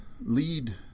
lead